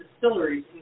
distilleries